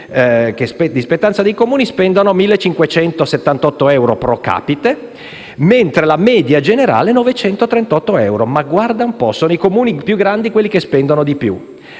di spettanza dei Comuni, spendono circa 1.578 euro *pro capite*, mentre la media generale è di 938 euro. Ma guarda un po': sono i Comuni più grandi quelli che spendono di più.